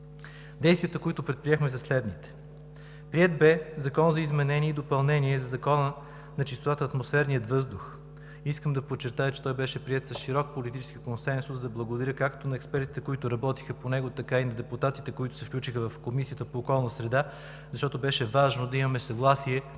Действията, които предприехме, са следните: Приет бе Законът за изменение и допълнение на Закона за чистотата на атмосферния въздух. Искам да подчертая, че той беше приет с широк политически консенсус, и да благодаря както на експертите, които работиха по него, така и на депутатите, които се включиха в Комисията по околната среда и водите, защото беше важно да имаме съгласие